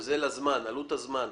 יש משמעות לעלות הזמן.